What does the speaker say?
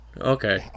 okay